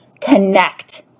connect